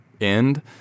end